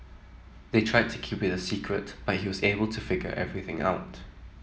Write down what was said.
they tried to keep it a secret but he was able to figure everything out